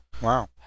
Wow